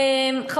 היינו שם.